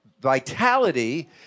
vitality